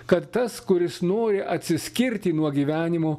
kad tas kuris nori atsiskirti nuo gyvenimo